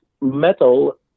metal